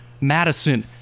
Madison